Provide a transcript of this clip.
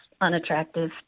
unattractive